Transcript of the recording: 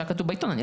מה שכתוב בעיתון?